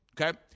Okay